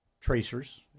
tracers